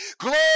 Glory